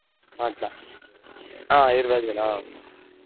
అట్లా ఇరవై ఐదు వేలు